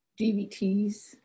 DVTs